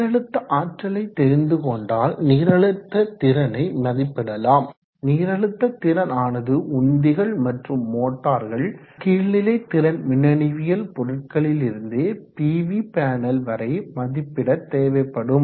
நீரழுத்த ஆற்றலை தெரிந்து கொண்டால் நீரழுத்த திறனை மதிப்பிடலாம் நீரழுத்த திறன் ஆனது உந்திகள் மற்றும் மோட்டார்கள் கீழ்நிலை திறன் மிண்ணனுவியல் பொருட்களிலிருந்து பிவி பேனல் வரை மதிப்பிட தேவைப்படும்